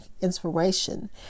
inspiration